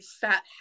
fat